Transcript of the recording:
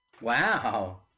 Wow